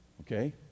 Okay